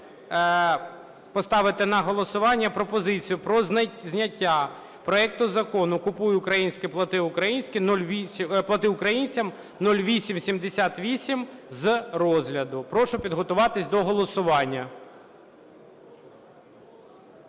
поставити на голосування пропозицію про зняття проекту Закону "Купуй українське, плати українцям" (0878) з розгляду. Прошу підготуватись до голосування.